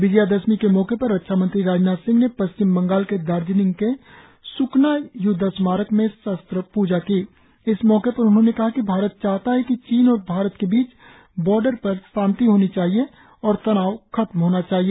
विजयादशमी के मौके पर रक्षा मंत्री राजनाथ सिंह ने पश्चिम बंगाल के दार्जिलिंग के स्कना युद्ध स्मारक में शस्त्र प्जा की इस मौके पर उन्होंने कहा कि भारत चाहता है कि चीन और भारत के बीच बॉर्डर पर शांति होनी चाहिए और तनाव खत्म होना चाहिए